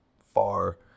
far